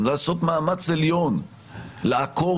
לעשות מאמץ עליון לעקור,